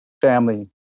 family